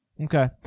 Okay